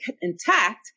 intact